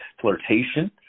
flirtation